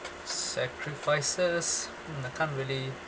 sacrifices mm I can't really